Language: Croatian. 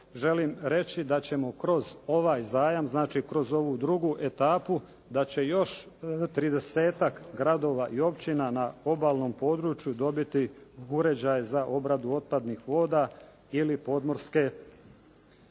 želim reći da ćemo kroz ovaj zajam, znači kroz ovu drugu etapu da će još 30-ak gradova i općina na obalnom području dobiti uređaje za obradu otpadnih voda ili podmorske